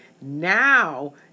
Now